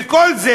וכל זה,